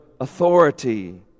authority